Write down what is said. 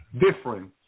different